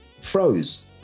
froze